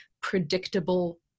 predictable